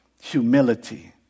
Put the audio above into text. humility